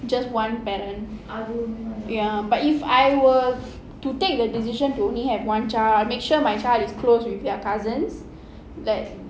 just one parent ya but if I were to take the decision to only have one child I make sure my child is close with their cousins like